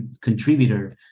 contributor